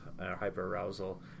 hyper-arousal